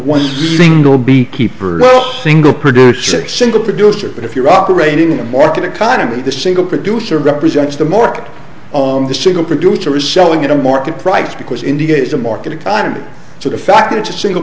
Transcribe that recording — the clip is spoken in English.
well single producer single producer but if you're operating in a market economy the single producer represents the more on the single producer it's selling at a market price because india is a market economy so the fact that it's a single